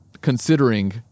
considering